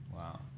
Wow